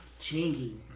Chingy